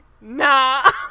Nah